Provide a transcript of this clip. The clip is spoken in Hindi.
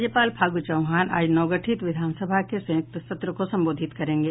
राज्यपाल फागू चौहान आज नवगठित विधानसभा के संयुक्त सत्र को संबोधित करेंगे